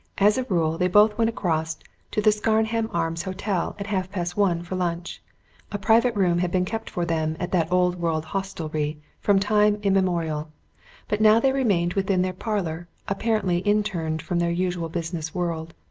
as a rule they both went across to the scarnham arms hotel at half-past one for lunch a private room had been kept for them at that old-world hostelry from time immemorial but now they remained within their parlour, apparently interned from their usual business world.